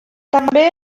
també